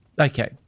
Okay